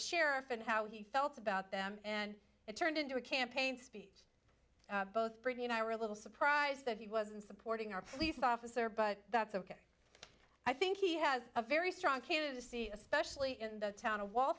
sheriff and how he felt about them and it turned into a campaign speech both britney and i are a little surprised that he wasn't supporting our police officer but that's ok i think he has a very strong canada sea especially in the town of wall